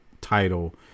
title